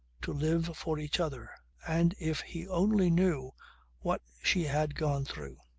to live for each other. and if he only knew what she had gone through!